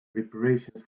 reparations